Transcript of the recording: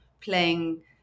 playing